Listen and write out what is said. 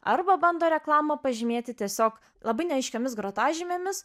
arba bando reklamą pažymėti tiesiog labai neaiškiomis grotažymėmis